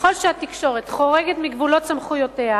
וככל שהתקשורת חורגת מגבולות סמכויותיה